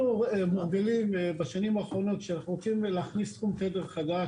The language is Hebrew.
אנחנו מובילים בשנים האחרונות שאנו רוצים להכניס תחום תדר חדש,